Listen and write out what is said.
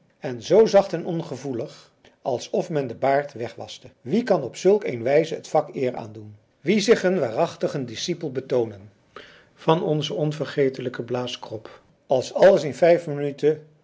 en zoo zacht en ongevoelig alsof men den baard weg waschte wie kan op zulk een wijze het vak eer aandoen wie zich een waarachtig discipel betoonen van onzen onvergetelijken blaaskrop als alles in vijf minuten